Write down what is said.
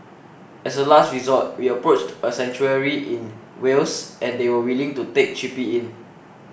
as a last resort we approached a sanctuary in Wales and they were willing to take Chippy in